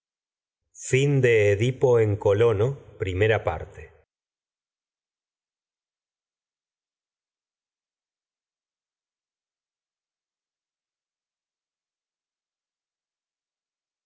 edipo en colono